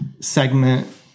segment